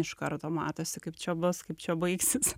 iš karto matosi kaip čia bus kaip čia baigsis